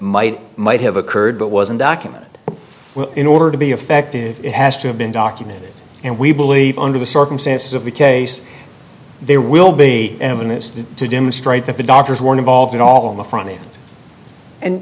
might might have occurred but wasn't documented in order to be effective it has to have been documented and we believe under the circumstances of the case there will be amnesty to demonstrate that the doctors one involved in all in the front and